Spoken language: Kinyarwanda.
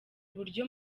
uburyo